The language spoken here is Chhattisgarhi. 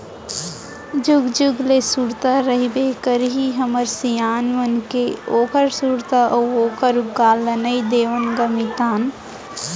जुग जुग ले सुरता रहिबे करही हमर सियान मन के ओखर सुरता अउ ओखर उपकार ल नइ देवन ग मिटन